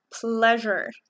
pleasure